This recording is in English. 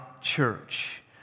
church